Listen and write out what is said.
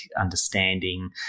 understanding